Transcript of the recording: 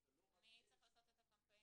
ולא רק לאלה --- מי צריך לעשות את הקמפיין?